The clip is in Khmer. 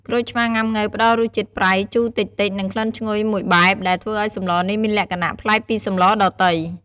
ក្រូចឆ្មាងុាំង៉ូវផ្ដល់រសជាតិប្រៃ ជូរតិចៗ និងក្លិនឈ្ងុយមួយបែប ដែលធ្វើឱ្យសម្លនេះមានលក្ខណៈប្លែកពីសម្លដទៃ។